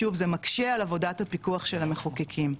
שוב זה מקשה על עבודת הפיקוח של המחוקקים,